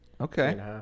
Okay